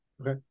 Okay